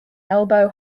elbow